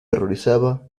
horrorizaba